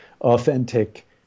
authentic